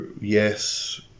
yes